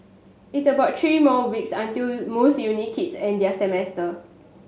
it's about three more weeks until most uni kids end their semester